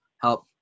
help